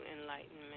enlightenment